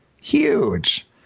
Huge